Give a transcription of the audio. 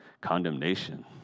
condemnation